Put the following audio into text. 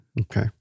okay